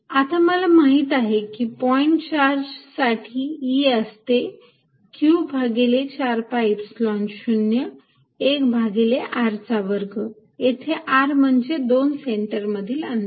आता मला माहिती आहे की पॉईंट चार्ज साठी E असते q भागिले 4 pi Epsilon 0 1 भागिले r चा वर्ग येथे r म्हणजे आहे दोन सेंटर मधील अंतर